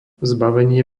zbavenie